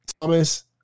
Thomas